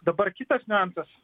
dabar kitas niuansas